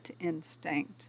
instinct